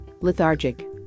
lethargic